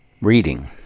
reading